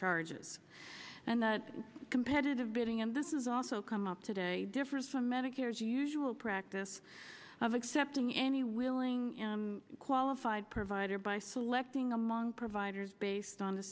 charges and that competitive bidding and this is also come up today differs from medicare as usual practice of accepting any willing him qualified provider by selecting among providers based on